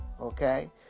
okay